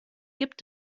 gibt